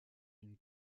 une